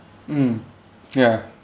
mm ya